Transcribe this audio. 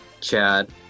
Chad